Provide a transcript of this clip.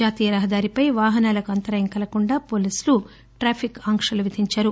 జాతీయ రహదారిపై వాహనాలకు అంతరాయం కలగకుండా పోలీసులు ట్రాఫిక్ ఆంక్షలు విధించారు